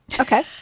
Okay